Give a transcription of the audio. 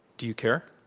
do you care?